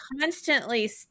constantly